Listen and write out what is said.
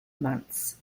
months